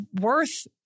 worth